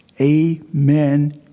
Amen